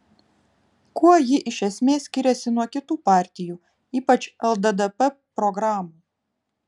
kuo ji iš esmės skiriasi nuo kitų partijų ypač lddp programų